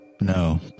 No